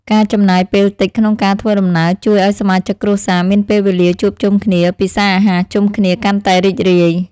ការចំណាយពេលតិចក្នុងការធ្វើដំណើរជួយឱ្យសមាជិកគ្រួសារមានពេលវេលាជួបជុំគ្នាពិសារអាហារជុំគ្នាកាន់តែរីករាយ។